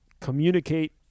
communicate